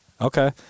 Okay